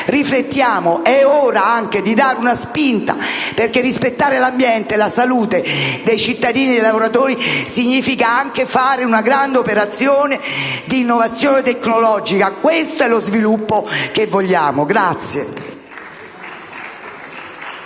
Riflettiamo, è ora di dare una spinta, perché rispettare l'ambiente e la salute dei cittadini e dei lavoratori significa anche fare una grande operazione di innovazione tecnologica. Questo è lo sviluppo che vogliamo.